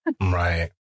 Right